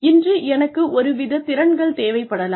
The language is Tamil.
இன்று எனக்கு ஒரு வித திறன்கள் தேவைப்படலாம்